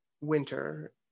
winter